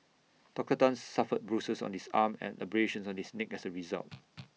Doctor Tan suffered bruises on his arm and abrasions on his neck as A result